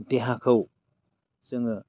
देहाखौ जोङो